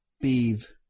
Beef